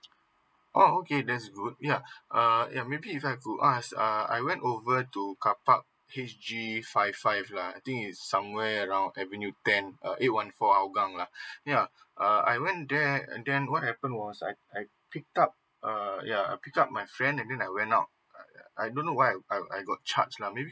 oh okay that's good luh uh a maybe if I go us uh I went over to cup up his gym if five stripes right I think it's somewhere around at renewed then uh it one for hougang luh ya uh I went there and then what happened was I I picked up a a a pick up my friend and then I went out uh I don't know why I I got charge like maybe